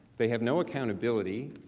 they have no accountability.